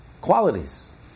qualities